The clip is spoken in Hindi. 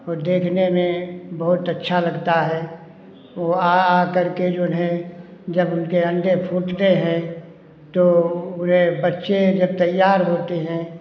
देखने में बहुत अच्छा लगता है वो आ आ कर के उन्हें जब उनके अंडे फोड़ते हैं तो उन्हें बच्चे जब तैयार होते हैं